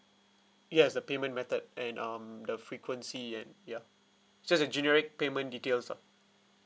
yes the payment method and um the frequency and ya just a generic payment details lah